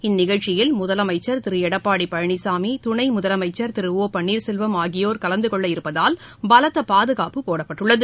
இந்நிகழ்ச்சியில் முதலமைச்சர் திரு எடப்பாடி பழனிசாமி துணை முதலமைச்சர் திரு ஒ பள்ளீர்செல்வம் ஆகியோர் கலந்தகொள்ள இருப்பதால் பலத்த பாதுகாப்பு போடப்பட்டுள்ளது